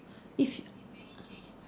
if